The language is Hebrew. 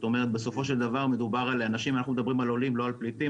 אנחנו מדברים על עולים לא על פליטים.